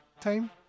time